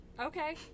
okay